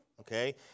Okay